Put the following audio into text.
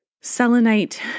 selenite